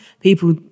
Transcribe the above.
people